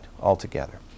altogether